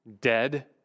dead